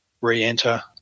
re-enter